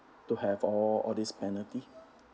to have all all these penalty